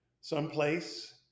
someplace